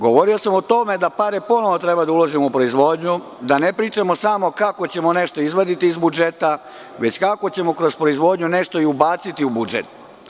Govorio sam o tome da pare ponovo treba da uložimo u proizvodnju, da ne pričamo samo kako ćemo nešto izvaditi iz budžeta, već kako ćemo kroz proizvodnju nešto i ubaciti u budžet.